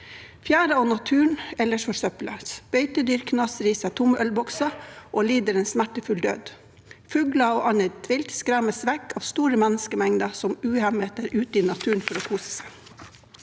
Fjæra og naturen ellers forsøples, beitedyr knaser i seg tomme ølbokser og lider en smertefull død, fugler og annet vilt skremmes vekk store av menneskemengder som uhemmet er ute i naturen for å kose seg.